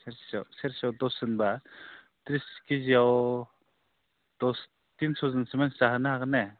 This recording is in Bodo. सेरसेयाव सेरसेयाव दसजनब्ला त्रिस केजियाव दस तिनस' जनसो मानसि जाहोनो हागोन ना हाया